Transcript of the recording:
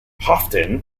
houghton